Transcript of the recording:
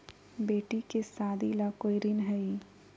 बेटी के सादी ला कोई ऋण हई?